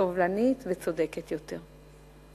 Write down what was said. סובלנית וצודקת יותר.